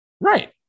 Right